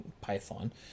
Python